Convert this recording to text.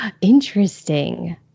Interesting